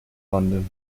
london